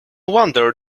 wonder